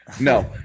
No